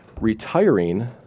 retiring